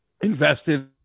invested